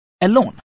alone